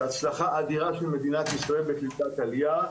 זו הצלחה אדירה של מדינת ישראל בקליטת עלייה.